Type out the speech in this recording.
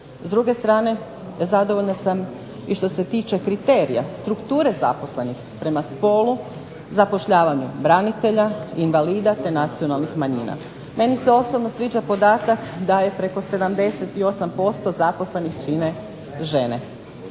S druge strane, zadovoljna sam i što se tiče kriterija strukture zaposlenih prema spolu, zapošljavanju branitelja, invalida, te nacionalnih manjina. Meni se osobno sviđa podatak da je preko 78% zaposlenih čine žene.